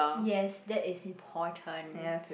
yes that is important